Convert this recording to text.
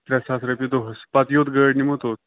ترٛےٚ ساس روپیہِ دۄہَس پتہٕ یوٚت گٲڑۍ نِمَو توٚت